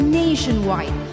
nationwide